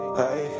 hey